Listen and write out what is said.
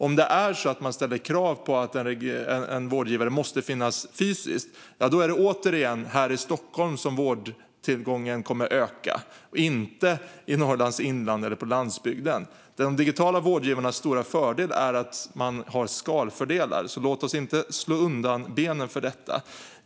Om man ställer krav på att en vårdgivare ska finnas tillgänglig fysiskt är det återigen här i Stockholm som vårdtillgången kommer att öka, inte i Norrlands inland eller på landsbygden. De digitala vårdgivarnas stora fördel är att de har skalfördelar, så låt oss inte slå undan benen för det.